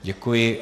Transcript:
Děkuji.